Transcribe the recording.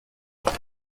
would